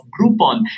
Groupon